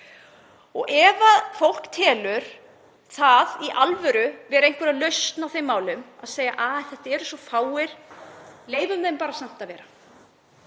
um. Ef fólk telur það í alvöru vera einhverja lausn á þeim málum að segja: Þetta eru svo fáir, leyfum þeim bara samt að vera,